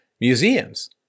museums